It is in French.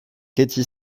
cathy